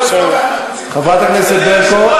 חברת הכנסת ברקו,